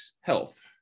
health